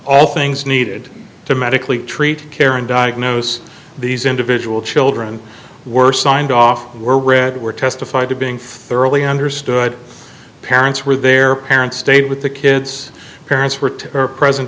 all things needed to medically treat care and diagnose these individual children were signed off were read were testified to being thoroughly understood parents where their parents stayed with the kids parents were to her present